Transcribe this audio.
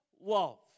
love